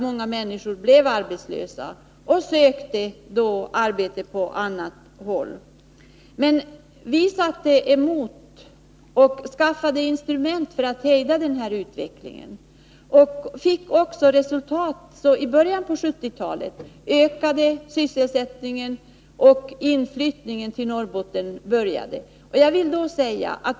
Många människor blev då arbetslösa och sökte arbete på annat håll. Men vi satte oss emot detta och skaffade instrument för att hejda utvecklingen. Vi fick också resultat, genom att sysselsättningen ökade i början på 1970-talet och inflyttningen till Norrbotten började.